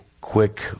quick